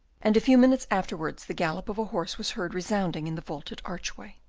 and a few minutes afterwards the gallop of a horse was heard resounding in the vaulted archway.